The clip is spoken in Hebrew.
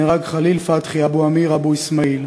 נהרג חליל פתחי אבו אמיר אבו אסמאעיל,